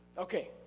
Okay